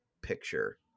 picture